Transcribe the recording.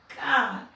God